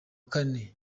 kane